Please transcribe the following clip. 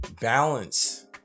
balance